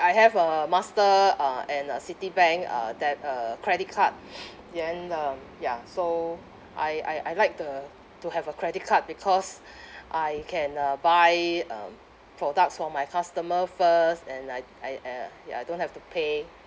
I have a master uh and a Citibank uh deb~ uh credit card then um ya so I I I like the to have a credit card because I can uh buy um products for my customer first and I I uh ya I don't have to pay